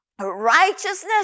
righteousness